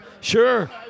Sure